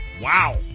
Wow